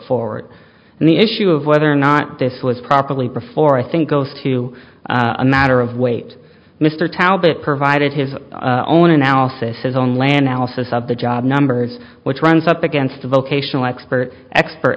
forward and the issue of whether or not this was properly before i think goes to a matter of weight mr talbot provided his own analysis his own land alice most of the job numbers which runs up against the vocational expert expert